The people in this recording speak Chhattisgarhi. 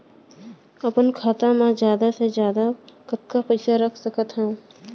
अपन खाता मा जादा से जादा कतका पइसा रख सकत हव?